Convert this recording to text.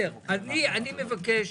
אני מבקש,